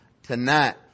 tonight